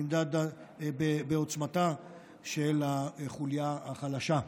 נמדד בעוצמתה של החוליה החלשה,